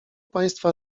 państwa